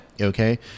Okay